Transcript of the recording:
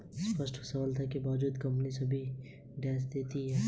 स्पष्ट सफलता के बावजूद कंपनी अभी भी ऋण में थी